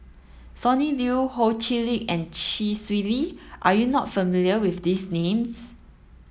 Sonny Liew Ho Chee Lick and Chee Swee Lee are you not familiar with these names